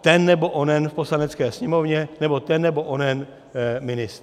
ten nebo onen v Poslanecké sněmovně nebo ten nebo onen ministr.